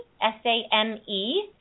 S-A-M-E